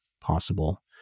possible